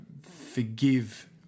forgive